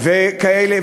וכאלה,